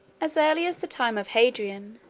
as early as the time of hadrian,